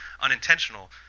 unintentional